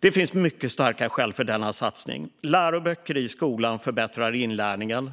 Det finns mycket starka skäl för denna satsning. Läroböcker i skolan förbättrar inlärningen.